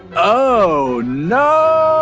oh no!